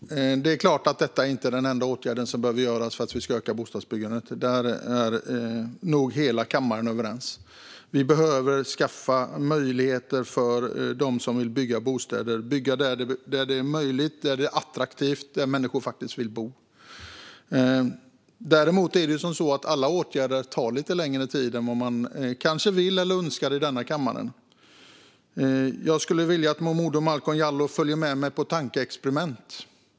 Herr talman! Det är klart att detta inte är den enda åtgärd som behöver vidtas för att vi ska öka bostadsbyggandet. Där är nog hela kammaren överens. Vi behöver skaffa möjligheter för dem som vill bygga bostäder att bygga där det är attraktivt och där människor faktiskt vill bo. Men alla åtgärder tar lite längre tid än man kanske önskar i denna kammare. Jag skulle vilja att Malcolm Momodou Jallow följer med mig på ett tankeexperiment.